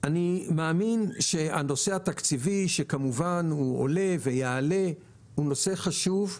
אני מאמין שהנושא התקציבי שכמובן עולה ויעלה הוא נושא חשוב,